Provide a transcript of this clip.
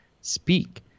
speak